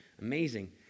amazing